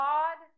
God